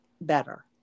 better